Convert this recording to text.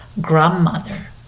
grandmother